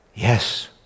yes